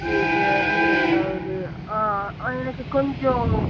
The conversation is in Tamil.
இதிலருந்து ரெண்டாவது ஆ எனக்கு கொஞ்சம்